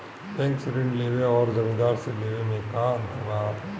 Bank से ऋण लेवे अउर जमींदार से लेवे मे का अंतर बा?